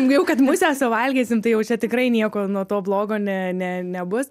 jau kad musę suvalgysim tai jau čia tikrai nieko nuo to blogo ne ne nebus